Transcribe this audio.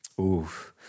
Oof